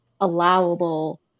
allowable